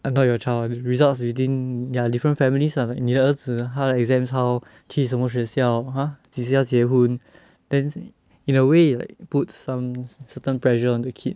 err not not your child results within ya different families lah like 你的儿子他的 exams how 去什么学校 !huh! 几时要结婚 then in a way it like put some certain pressure on the kid